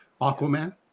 Aquaman